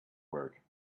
work